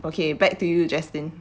okay back to you jaslyn